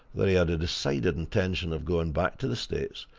that he had a decided intention of going back to the states,